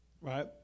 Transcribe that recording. Right